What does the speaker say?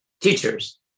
Teachers